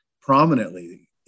prominently